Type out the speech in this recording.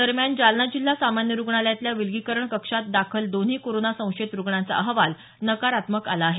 दरम्यान जालना जिल्हा सामान्य रुग्णालयातल्या विलगीकरण कक्षात दाखल दोन्ही कोरोना संशयित रुग्णांचा अहवाल नकारात्मक आला आहे